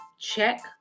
check